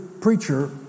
preacher